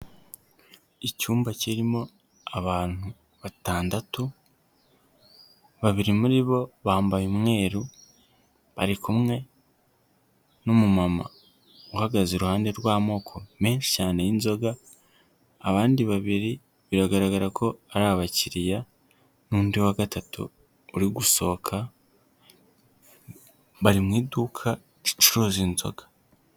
Icyumba kirimo abantu batandatu, babiri muri bo bambaye umweru bari kumwe n'umumama uhagaze iruhande rw'amoko menshi cyane y'inzoga, abandi babiri biragaragara ko ari abakiriya n'undi wa gatatu uri gusohoka, bari mu iduka ricuruza inzoga.